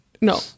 No